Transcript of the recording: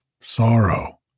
sorrow